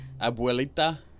Abuelita